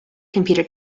computer